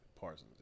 Parsons